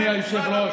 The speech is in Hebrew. אדוני היושב-ראש,